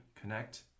connect